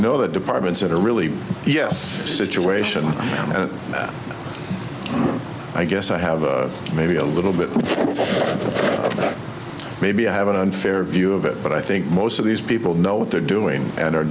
know the departments that are really yes situation i guess i have maybe a little bit maybe i have an unfair view of it but i think most of these people know what they're doing and